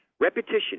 Repetition